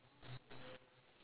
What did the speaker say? the right don't have right